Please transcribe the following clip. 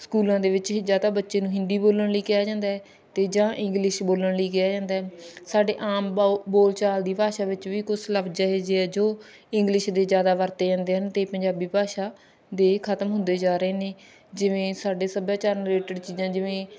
ਸਕੂਲਾਂ ਦੇ ਵਿੱਚ ਹੀ ਜਾਂ ਤਾਂ ਬੱਚੇ ਨੂੰ ਹਿੰਦੀ ਬੋਲਣ ਲਈ ਕਿਹਾ ਜਾਂਦਾ ਹੈ ਅਤੇ ਜਾਂ ਇੰਗਲਿਸ਼ ਬੋਲਣ ਲਈ ਕਿਹਾ ਜਾਂਦਾ ਸਾਡੇ ਆਮ ਬੋਲ ਬੋਲਚਾਲ ਦੀ ਭਾਸ਼ਾ ਵਿੱਚ ਵੀ ਕੁਛ ਲਫਜ਼ ਇਹੋ ਜਿਹੇ ਹੈ ਜੋ ਇੰਗਲਿਸ਼ ਦੇ ਜ਼ਿਆਦਾ ਵਰਤੇ ਜਾਂਦੇ ਹਨ ਅਤੇ ਪੰਜਾਬੀ ਭਾਸ਼ਾ ਦੇ ਖਤਮ ਹੁੰਦੇ ਜਾ ਰਹੇ ਨੇ ਜਿਵੇਂ ਸਾਡੇ ਸੱਭਿਆਚਾਰ ਰਿਲੇਟਿਡ ਚੀਜ਼ਾਂ ਜਿਵੇਂ